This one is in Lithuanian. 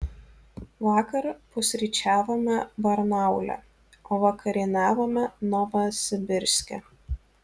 vakar pusryčiavome barnaule o vakarieniavome novosibirske